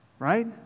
Right